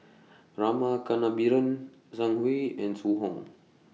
Rama Kannabiran Zhang Hui and Zhu Hong